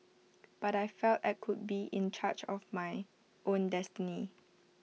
but I felt I could be in charge of my own destiny